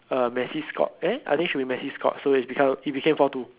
uh messi scored eh I think should be messi scored so it become it became four two